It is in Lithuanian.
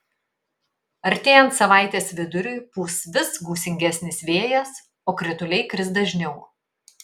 artėjant savaitės viduriui pūs vis gūsingesnis vėjas o krituliai kris dažniau